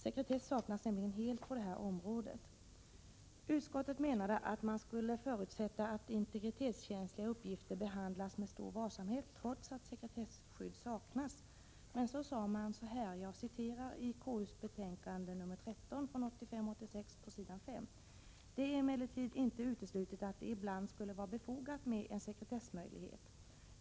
Sekretesskydd saknas nämligen helt för detta område. Utskottet menade att man skulle förutsätta att integritetskänsliga uppgifter behandlas med stor varsamhet trots att sekretesskydd saknas. Konstitutionsutskottet framhöll ändå på s. 5 i sitt betänkande 1985/86:13: ”Det är emellertid inte uteslutet att det i bland skulle vara befogat med en sekretessmöjlighet på området.